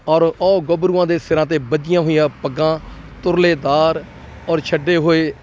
ਔਰ ਉਹ ਗੱਭਰੂਆਂ ਦੇ ਸਿਰਾਂ 'ਤੇ ਬੱਝੀਆਂ ਹੋਈਆਂ ਪੱਗਾਂ ਤੁਰਲੇਦਾਰ ਔਰ ਛੱਡੇ ਹੋਏ